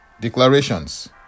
Declarations